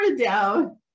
down